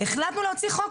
החלטנו להוציא חוק,